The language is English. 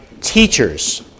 teachers